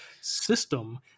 system